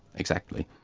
exactly.